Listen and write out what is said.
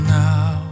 now